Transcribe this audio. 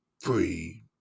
free